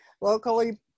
locally